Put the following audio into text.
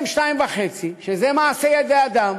ה-PM2.5, שזה מעשה ידי אדם,